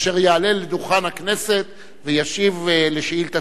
אשר יעלה לדוכן הכנסת וישיב על שאילתא